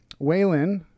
waylon